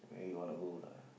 where you wanna go lah